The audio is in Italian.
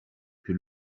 più